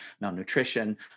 malnutrition